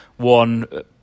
one